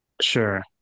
Sure